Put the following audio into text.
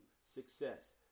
success